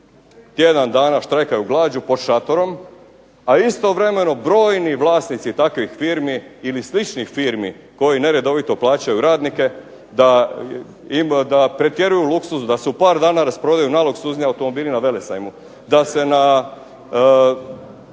tjedan dana štrajkaju glađu pod šatorom, a istovremeno brojni vlasnici takvih firmi ili sličnih firmi koji neredovito plaćaju radnike da pretjeruju luksuz, da se u par dana rasprodaju najluksuzniji automobili na Velesajmu, da se jahte